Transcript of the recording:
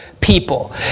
people